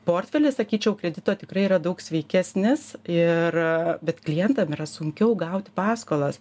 portfelis sakyčiau kredito tikrai yra daug sveikesnis ir bet klientam yra sunkiau gauti paskolas